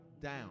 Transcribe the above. down